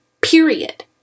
period